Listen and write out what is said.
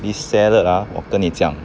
this salad ah 我跟你讲